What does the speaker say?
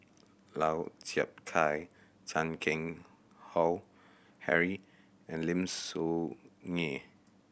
Lau Chiap Khai Chan Keng Howe Harry and Lim Soo Ngee